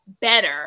better